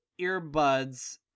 earbuds